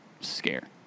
scare